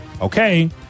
Okay